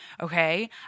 okay